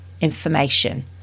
information